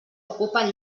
ocupen